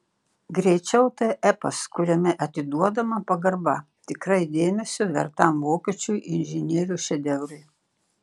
greičiau tai epas kuriame atiduodama pagarba tikrai dėmesio vertam vokiečių inžinierių šedevrui